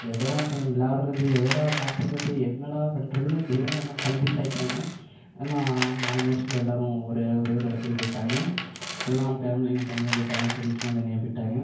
எதுடா இப்போ நம்ம விளாட்றது எதுடா சாப்பிட்றது என்னடா பண்றதுன்னே தெரியாமல் எல்லாம் கன்ப்யூஸ் ஆகிட்டாய்ங்க ஆனால் ஆல்மோஸ்ட்டில் எல்லோரும் ஒரு ஒரே ஒரு இடத்துக்கு போய்ட்டாய்ங்க எல்லாம் ஃபேம்லிலாம் தனியாக போய்ட்டாங்க ஃப்ரெண்ட்ஸுலாம் தனியாக போய்ட்டாங்க